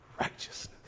righteousness